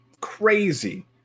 crazy